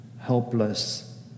helpless